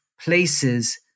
places